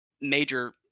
major